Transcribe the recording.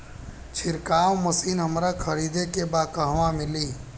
छिरकाव मशिन हमरा खरीदे के बा कहवा मिली?